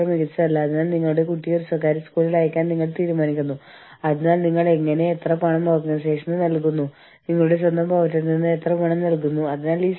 അതെ നമ്മൾ എല്ലാവരും പറയുന്നത് നിങ്ങൾ നിങ്ങളുടെ സൂപ്പർവൈസറുടെ അടുത്ത് പോകണം സൂപ്പർവൈസർ സമ്മതിക്കുന്നില്ലെങ്കിൽ നിങ്ങൾ എന്തെങ്കിലും രേഖാമൂലം നൽകുക അത് പ്രവർത്തിക്കുന്നില്ലെങ്കിൽ നിങ്ങൾ ഒരു യൂണിയനിലേക്ക് പോകുക മുതലായവയാണ്